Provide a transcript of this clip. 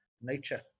nature